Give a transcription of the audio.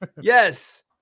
Yes